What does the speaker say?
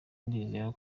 ndizera